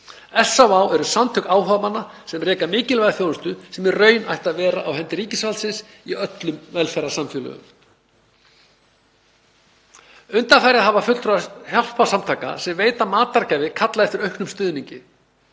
SÁÁ eru samtök áhugamanna sem reka mikilvæga þjónustu sem ætti í raun að vera á hendi ríkisvaldsins í öllum velferðarsamfélögum. Undanfarið hafa fulltrúar hjálparsamtaka sem veita matargjafir kallað eftir auknum stuðningi.